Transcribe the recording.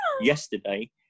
yesterday